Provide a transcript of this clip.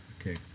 Okay